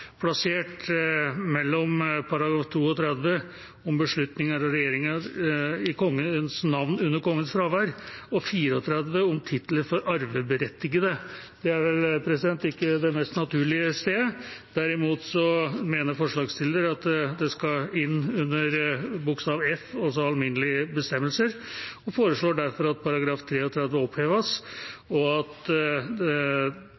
plassert mellom § 32, om beslutninger av regjeringa i kongens navn under kongens fravær, og § 34, om titler for arveberettigede. Det er ikke det mest naturlige stedet. Derimot mener forslagsstiller at den skal inn under F, altså Alminnelige bestemmelser, og foreslår derfor at § 33 oppheves, og at den samme tekst blir ny § 120 a. Det